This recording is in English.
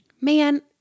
Man